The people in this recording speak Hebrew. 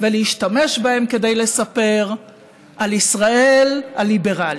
להשתמש בה כדי לספר על ישראל הליברלית.